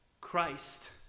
Christ